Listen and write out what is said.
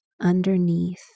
underneath